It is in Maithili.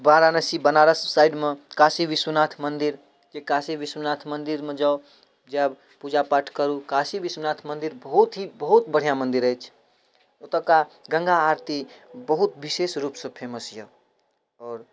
वाराणसी बनारस साइडमे काशी विश्वनाथ मन्दिर काशी विश्वनाथ मन्दिरमे जाउ जायब पूजा पाठ करू काशी विश्वनाथ मन्दिर बहुत ही बहुत बढ़िआँ मन्दिर अछि ओतुका गंगा आरती बहुत विशेष रूपसँ फेमस यऽ आओर